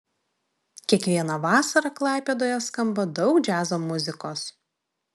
kiekvieną vasarą klaipėdoje skamba daug džiazo muzikos